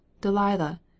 delilah